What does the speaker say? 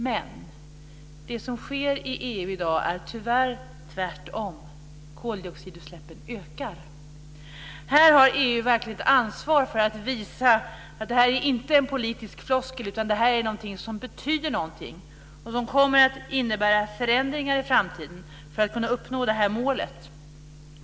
Men det som sker i EU i dag är tyvärr tvärtom - koldioxidutsläppen ökar. Här har EU verkligen ett ansvar för att visa att detta inte är en politisk floskel utan att detta är något som betyder någonting och som kommer att innebära förändringar i framtiden för att man ska kunna uppnå detta mål.